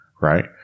Right